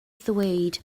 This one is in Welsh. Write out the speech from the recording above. ddweud